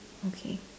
okay